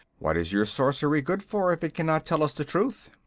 what is your sorcery good for if it cannot tell us the truth?